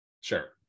Sure